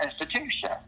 institution